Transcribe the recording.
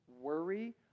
worry